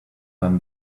than